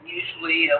usually